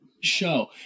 show